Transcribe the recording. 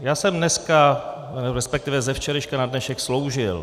Já jsem dneska, resp. ze včerejška na dnešek, sloužil.